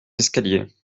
escaliers